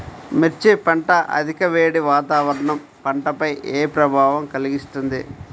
మిర్చి పంట అధిక వేడి వాతావరణం పంటపై ఏ ప్రభావం కలిగిస్తుంది?